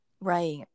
Right